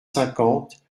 cinquante